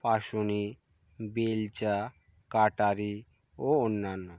পাসুনি বেলচা কাটারি ও অন্যান্য